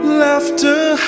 laughter